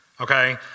okay